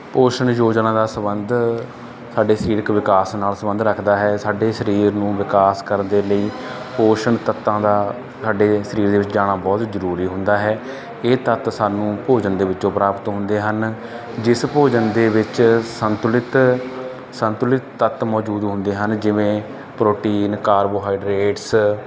ਪੋਸ਼ਣ ਯੋਜਨਾ ਦਾ ਸੰਬੰਧ ਸਾਡੇ ਸਰੀਰਕ ਵਿਕਾਸ ਨਾਲ ਸੰਬੰਧ ਰੱਖਦਾ ਹੈ ਸਾਡੇ ਸਰੀਰ ਨੂੰ ਵਿਕਾਸ ਕਰਨ ਦੇ ਲਈ ਪੋਸ਼ਣ ਤੱਤਾਂ ਦਾ ਸਾਡੇ ਸਰੀਰ ਦੇ ਵਿੱਚ ਜਾਣਾ ਬਹੁਤ ਜ਼ਰੂਰੀ ਹੁੰਦਾ ਹੈ ਇਹ ਤੱਤ ਸਾਨੂੰ ਭੋਜਨ ਦੇ ਵਿੱਚੋਂ ਪ੍ਰਾਪਤ ਹੁੰਦੇ ਹਨ ਜਿਸ ਭੋਜਨ ਦੇ ਵਿੱਚ ਸੰਤੁਲਿਤ ਸੰਤੁਲਿਤ ਤੱਤ ਮੌਜੂਦ ਹੁੰਦੇ ਹਨ ਜਿਵੇਂ ਪ੍ਰੋਟੀਨ ਕਾਰਬੋਹਾਈਡਰੇਟਸ